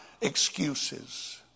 excuses